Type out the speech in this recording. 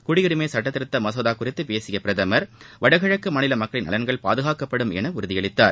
குடியுரிமை சட்டத் திருத்த மசோதா குறித்து பேசிய பிரதமர் வடகிழக்கு மாநில மக்களின் நலன்கள் பாதுகாக்கப்படும் என உறுதியளித்தார்